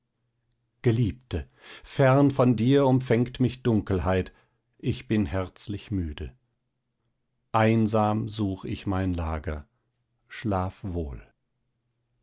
geliebte fern von dir umfängt mich dunkelheit ich bin herzlich müde einsam such ich mein lager schlaf wohl